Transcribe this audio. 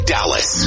Dallas